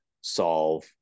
solve